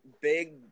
big